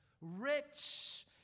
Rich